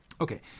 Okay